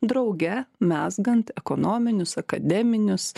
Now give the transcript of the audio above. drauge mezgant ekonominius akademinius